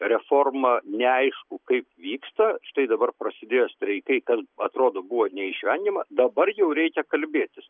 reforma neaišku kaip vyksta štai dabar prasidėjo streikai kas atrodo buvo neišvengiama dabar jau reikia kalbėtis